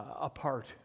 apart